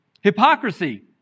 Hypocrisy